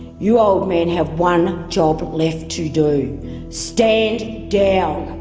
you old men have one job left to do stand down.